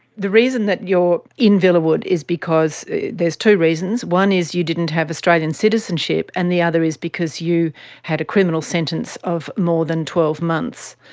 the reason that you are in villawood is because there's two reasons, one is you didn't have australian citizenship, and the other is because you had a criminal sentence of more than twelve months.